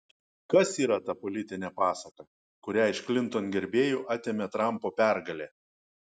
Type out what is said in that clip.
kas yra ta politinė pasaka kurią iš klinton gerbėjų atėmė trampo pergalė